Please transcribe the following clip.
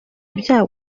ibyaha